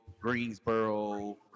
Greensboro